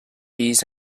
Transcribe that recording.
and